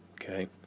okay